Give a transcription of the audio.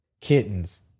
Kittens